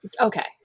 Okay